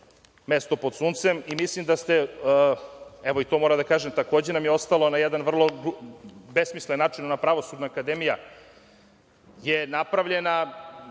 mesto pod suncem i mislim da ste, evo, i to moram da kažem, takođe nam je ostalo na jedan vrlo besmislen način Pravosudna akademija je napravljena,